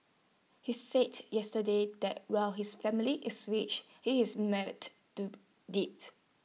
he said yesterday that while his family is rich he is mired do debt